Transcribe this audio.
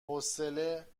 حوصله